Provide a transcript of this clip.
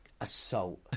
assault